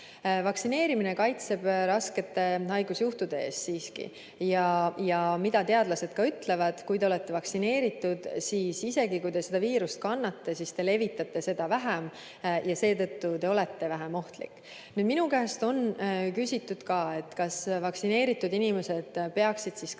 Vaktsineerimine kaitseb siiski raskete haigusjuhtude eest ja teadlased ka ütlevad, et kui te olete vaktsineeritud, siis isegi kui te seda viirust kannate, siis te levitate seda vähem ja seetõttu olete vähem ohtlik. Minu käest on küsitud, kas vaktsineeritud inimesed peaksid tegema